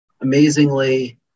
amazingly